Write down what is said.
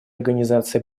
организации